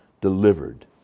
delivered